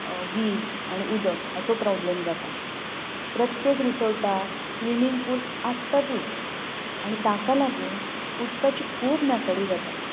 वीज आनी उदक हाचो प्रोबल्म जाता प्रत्येक रिसोर्टाक स्विमींग पूल आसतातूच आनी ताका लागून उदकाची खूब नासाडी जाता